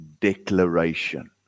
declaration